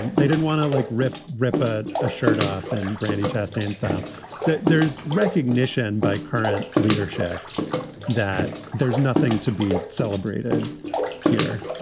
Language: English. they didn't want to, like, rip rip up a shirt off and brandi chastain style that there's recognition by current leadership that there's nothing to be celebrated here.